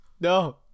no